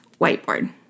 whiteboard